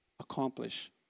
accomplish